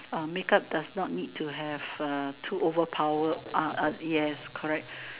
uh make up does not need to have uh too over power uh uh yes correct